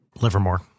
Livermore